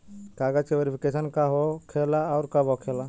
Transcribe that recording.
कागज के वेरिफिकेशन का हो खेला आउर कब होखेला?